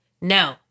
no